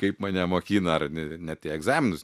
kaip mane mokina ar ne net į egzaminus